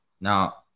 Now